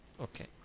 Okay